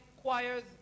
choirs